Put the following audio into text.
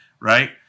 right